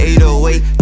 808